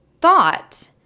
thought